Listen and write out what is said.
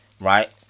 right